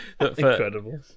incredible